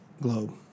globe